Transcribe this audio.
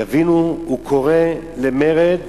תבינו, הוא קורא למרד